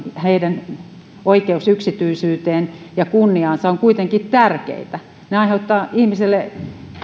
heidän oikeutensa yksityisyyteen ja kunniaan ovat kuitenkin tärkeitä kun nämä aiheuttavat ihmisille